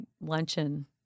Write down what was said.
luncheon